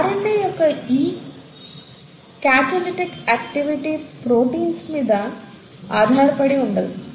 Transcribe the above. RNA యొక్క ఈ catalytic activity proteins మీద ఆధారపడి ఉండదు